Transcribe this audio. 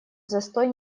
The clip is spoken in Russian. застой